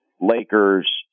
Lakers